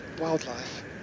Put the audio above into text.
wildlife